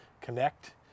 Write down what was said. connect